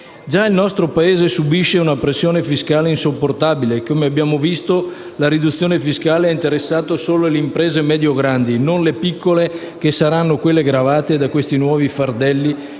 Il nostro Paese subisce già una pressione fiscale insopportabile e abbiamo visto che la riduzione fiscale ha interessato solo le imprese medio-grandi e non le piccole, che saranno gravate da questi nuovi fardelli,